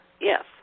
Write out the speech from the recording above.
Yes